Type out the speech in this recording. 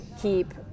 keep